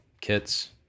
kits